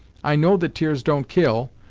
i know that tears don't kill,